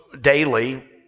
daily